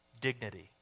dignity